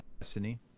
Destiny